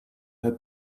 her